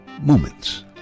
moments